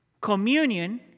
Communion